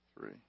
three